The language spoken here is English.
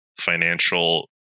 financial